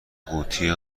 قوطی